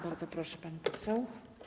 Bardzo proszę, pani poseł.